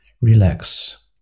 Relax